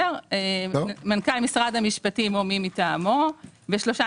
מנכ"ל משרד המשפטים או מי מטעמו ושלושה